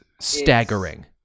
staggering